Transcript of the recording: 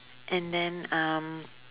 and then um